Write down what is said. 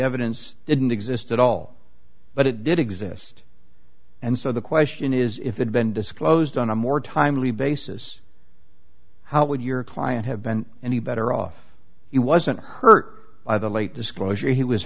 evidence didn't exist at all but it did exist and so the question is if had been disclosed on a more timely basis how would your client have been any better off he wasn't hurt by the late disclosure he was